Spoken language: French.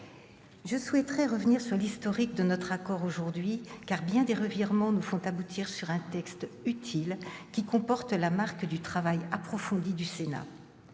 Je souhaite revenir sur l'historique de notre accord aujourd'hui. Car bien des revirements ont finalement débouché sur un texte utile, qui porte la marque du travail approfondi effectué